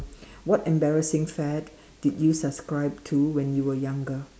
what embarrassing fad did you subscribe to when you were younger